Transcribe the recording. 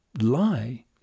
lie